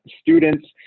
students